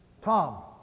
Tom